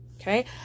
Okay